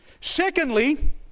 Secondly